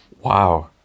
Wow